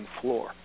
floor